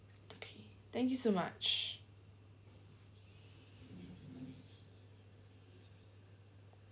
okay thank you so much